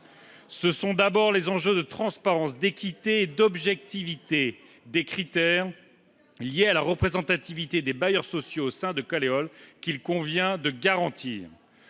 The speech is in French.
Ce sont d’abord la transparence, l’équité et l’objectivité des critères résultant de la représentativité des bailleurs sociaux au sein des Caleol qu’il convient de garantir.